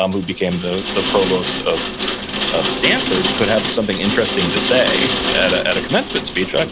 um who became the the provost of of stanford, could have something interesting to say at ah at a commencement speech, and